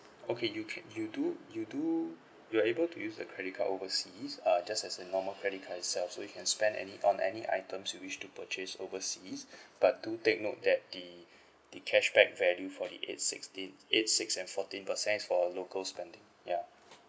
okay you ca~ you do you do you are able to use the credit card overseas uh just as a normal credit card itself so you can spend any on any items you wish to purchase overseas but do take note that the the cashback value for the eight sixteen eight six and fourteen percent is for local spending yeah